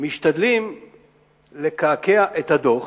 משתדלים לקעקע את הדוח,